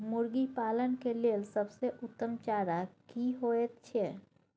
मुर्गी पालन के लेल सबसे उत्तम चारा की होयत छै?